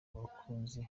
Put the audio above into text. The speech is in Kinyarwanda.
abakunzi